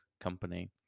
company